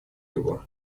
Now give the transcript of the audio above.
его